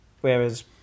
whereas